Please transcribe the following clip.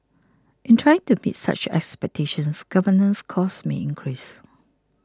in trying to meet such expectations governance costs may increase